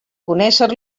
conéixer